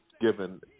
given